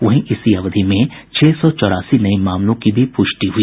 वहीं इसी अवधि में छह सौ चौरासी नये मामलों की भी पुष्टि हुई